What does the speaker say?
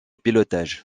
pilotage